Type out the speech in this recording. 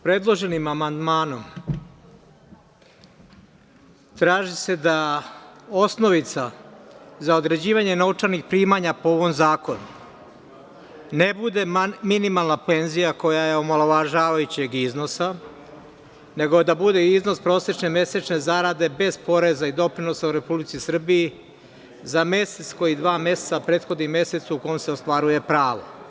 Predloženim amandmanom traži se da osnovica za određivanje novčanih primanja, po ovom zakonu, ne bude minimalna penzija, koja je omalovažavajućeg iznosa, nego da bude iznos prosečne mesečne zarade, bez poreza i doprinosa, u Republici Srbiji, za mesec koji dva meseca, prethodi mesecu u kom se ostvaruje pravo.